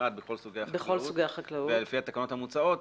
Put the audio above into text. כמעט בכל סוגי החקלאות ועל פי התקנות המוצעות,